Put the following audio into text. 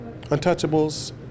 untouchables